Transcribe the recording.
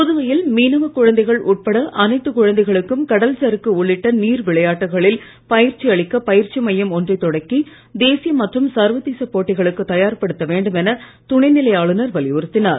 புதுவையில் மீனவ குழந்தைகள் உட்பட அனைத்து குழந்தைகளுக்கும் கடல் சறுக்கு உள்ளிட்ட நீர் விளையாட்டுகளில் பயிற்சி அளிக்க பயிற்சி மையம் ஒன்றைத் தொடக்கி தேசிய மற்றும் சர்வதேச போட்டிகளுக்கு தயார்ப்படுத்த வேண்டும் என துணைநிலை ஆளுநர் வலியுறுத்தினார்